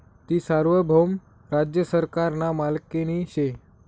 ती सार्वभौम राज्य सरकारना मालकीनी शे